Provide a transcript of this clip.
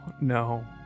no